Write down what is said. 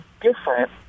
different